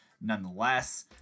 nonetheless